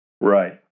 Right